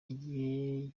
igihe